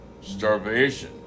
starvation